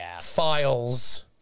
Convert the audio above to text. files